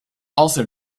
also